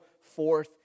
forth